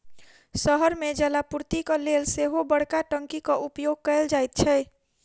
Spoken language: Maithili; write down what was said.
शहर मे जलापूर्तिक लेल सेहो बड़का टंकीक उपयोग कयल जाइत छै